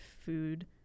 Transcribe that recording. food